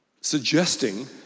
suggesting